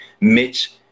Mitch